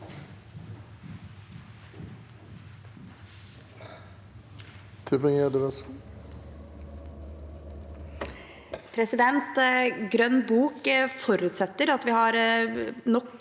framover. Grønn bok forutsetter at vi har nok